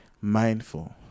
mindful